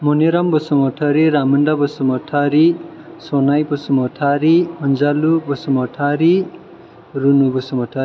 Maniram Basumatari Ramonda Basumatari Sanai Basumatari Anjalu Basumatari Runu Basumatary